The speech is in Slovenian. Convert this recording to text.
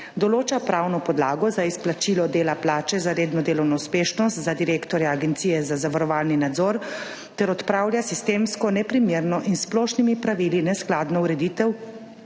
določa pravno podlago za izplačilo dela plače za redno delovno uspešnost za direktorja Agencije za zavarovalni nadzor ter odpravlja sistemsko neprimerno in s splošnimi pravili neskladno ureditev